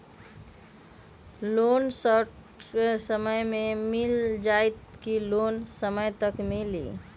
Loan short समय मे मिल जाएत कि लोन समय तक मिली?